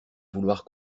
vouloir